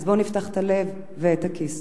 בואו נפתח את הלב ואת הכיס.